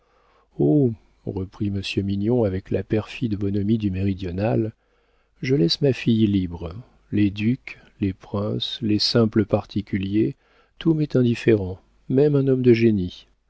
oh reprit monsieur mignon avec la perfide bonhomie du méridional je laisse ma fille libre les ducs les princes les simples particuliers tout m'est indifférent même un homme de génie